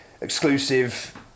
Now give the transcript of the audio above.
exclusive